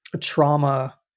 trauma